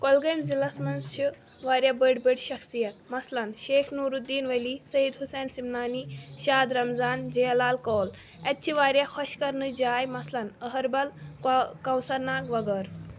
کۄلگٲمۍ ضِلَس منٛز چھِ واریاہ بٔڑۍ بٔڑۍ شَخصیت مَثلن شیخ نورالدین ؤلی سید حُسین سِمنانی شاد رَمضان جَلال کول اَتہِ چھِ واریاہ خۄش کَرنٕچ جاے مَثلن اہربَل کو کَوثر ناگ وغٲرٕ